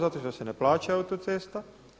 Zato što se ne plaća autocesta.